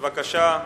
בבקשה.